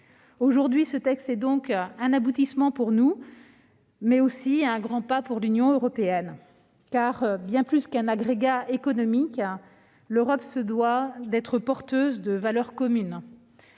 européen. Ce texte est donc un aboutissement pour nous, mais aussi un grand pas pour l'Union européenne. Bien plus qu'un agrégat économique, l'Europe se doit effectivement d'être porteuse de valeurs communes.